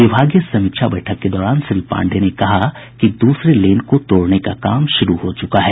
विभागीय समीक्षा बैठक के दौरान श्री पांडेय ने कहा कि दूसरे लेन को तोड़ने का काम शुरू हो चुका है